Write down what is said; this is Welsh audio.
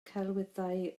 celwyddau